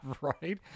right